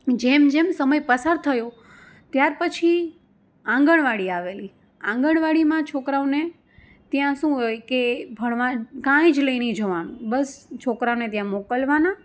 જેમ જેમ સમય પસાર થયો ત્યાર પછી આંગણવાડી આવેલી આંગણવાડીમાં છોકરાઓને ત્યાં શું હોય કે ભણવા કાંઈ જ લઈ નહીં જવાનું બસ છોકરાઓને ત્યાં મોકલવાના